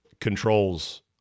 controls